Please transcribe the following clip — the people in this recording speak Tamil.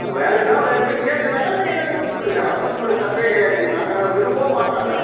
வேணும்னா வைச்சுக்குங்க இல்லைன்னாக்கா அதை என்கிட்ட கொடுத்துருங்க அதைப் பற்றி ஒன்றும் தப்பே கிடையாதுங்க நாங்கள் விரும்பவும் மாட்டோம் அதை